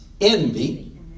envy